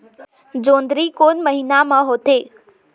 जोंदरी कोन महीना म होथे?